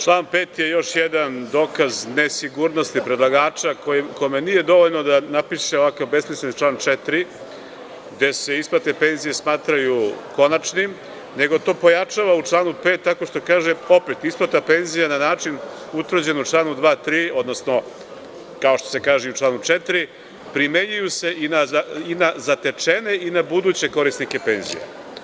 Član 5. je još jedan dokaz nesigurnosti predlagača, kome nije dovoljno da napiše ovakav besmislen član 4. gde se isplate penzija smatraju konačnim, nego to pojačava u članu 5. tako što kaže opet – isplate penzija na način utvrđen u čl. 2. i 3, odnosno kao što se kaže i u članu 4. – primenjuju se i na zatečene i na buduće korisnike penzija.